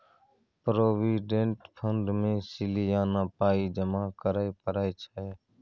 provident fund मे सलियाना पाइ जमा करय परय छै